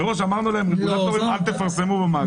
מראש אמרנו להם: אל תפרסמו במאגר.